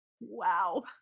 Wow